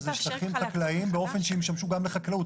אבל זה שטחים חקלאיים באופן שהם ישמשו גם לחקלאות.